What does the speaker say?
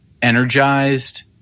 energized